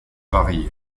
varier